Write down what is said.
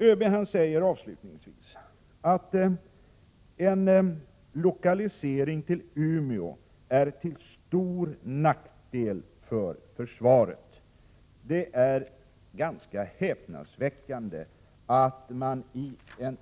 ÖB säger avslutningsvis att en lokalisering till Umeå ”är till stor nackdel för försvaret”. Det är ganska häpnadsväckande att man i